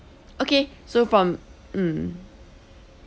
okay so from mm